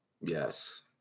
Yes